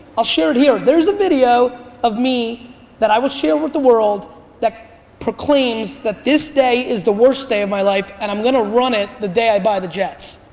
i'll share it here, there's a video of me that i will share with the world that proclaims that this day is the worst day of my life and i'm gonna run it the day i buy the jets.